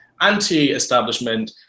anti-establishment